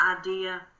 idea